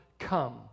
Come